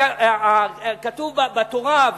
שכתוב בתורה,